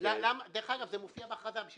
דרך אגב, זה מופיע בהכרזה.